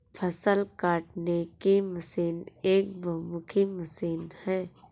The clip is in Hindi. फ़सल काटने की मशीन एक बहुमुखी मशीन है